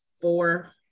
four